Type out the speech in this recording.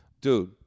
Dude